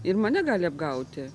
ir mane gali apgauti